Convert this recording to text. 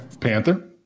Panther